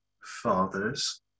fathers